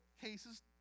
cases